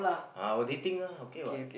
our dating lah okay what